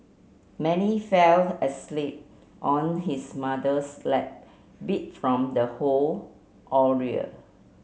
Many fell asleep on his mother's lap beat from the whole